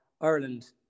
Ireland